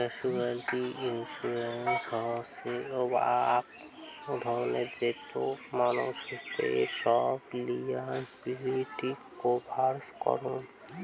casualty insurance হসে আক ধরণের যেটো মানসিদের সব লিয়াবিলিটি কভার করাং